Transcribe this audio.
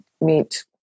meet